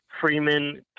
Freeman